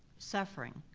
suffering,